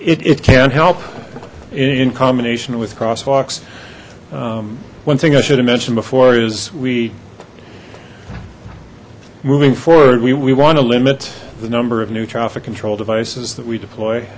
it can't help in combination with crosswalks one thing i should have mentioned before is we moving forward we want to limit the number of new traffic control devices that we deploy